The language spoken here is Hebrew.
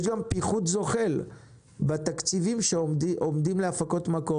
יש גם פיחות זוחל בתקציבים שעומדים להפקות מקור